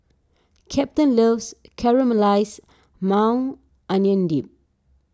Captain loves Caramelized Maui Onion Dip